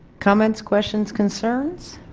commons questions concerns?